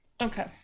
Okay